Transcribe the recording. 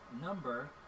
number